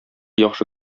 яхшы